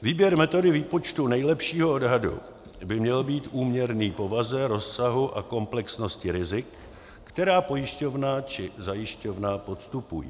Výběr metody výpočtu nejlepšího odhadu by měl být úměrný povaze, rozsahu a komplexnosti rizik, která pojišťovna či zajišťovna podstupují.